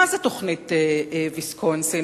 מהי תוכנית ויסקונסין,